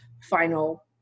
final